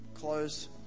close